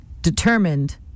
determined